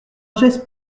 geste